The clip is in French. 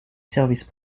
service